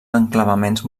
enclavaments